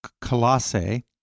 Colossae